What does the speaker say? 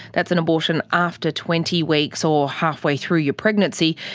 that's an abortion after twenty weeks, or halfway through your pregnancy,